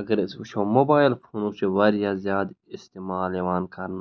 اگر أسۍ وٕچھو موبایل فونو چھِ واریاہ زیادٕ اِستعمال یِوان کَرنہٕ